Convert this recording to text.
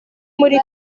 muri